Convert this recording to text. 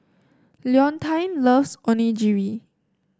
Leontine loves Onigiri